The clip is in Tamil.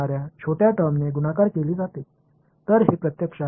எனவே இந்த பையன் உண்மையில் 0 ஆக இருக்கப் போகிறான்